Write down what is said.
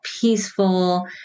peaceful